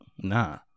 nah